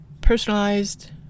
personalized